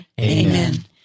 Amen